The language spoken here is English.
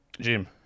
Jim